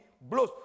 blows